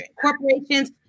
Corporations